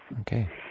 Okay